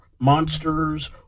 monsters